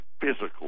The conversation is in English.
physical